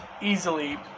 easily